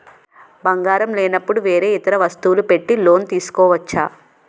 బంగారం లేనపుడు వేరే ఇతర వస్తువులు పెట్టి లోన్ తీసుకోవచ్చా?